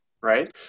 right